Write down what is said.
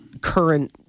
current